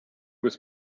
with